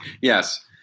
Yes